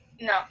no